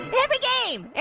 every game,